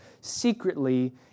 secretly